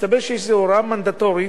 מסתבר שיש איזו הוראה מנדטורית,